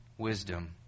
wisdom